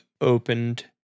opened